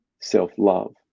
self-love